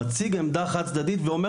מציג עמדה חד-צדדית ואומר